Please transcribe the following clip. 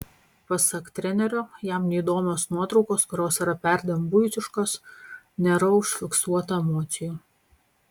pasak trenerio jam neįdomios nuotraukos kurios yra perdėm buitiškos nėra užfiksuota emocijų